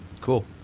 Cool